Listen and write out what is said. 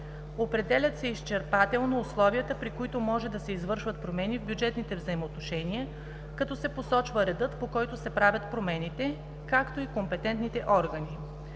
Определят се изчерпателно условията, при които може да се извършват промени в бюджетните взаимоотношения, като се посочва редът, по който се правят промените, както и компетентните органи.